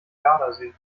gardasee